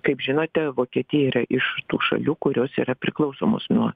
kaip žinote vokietija yra iš tų šalių kurios yra priklausomos nuo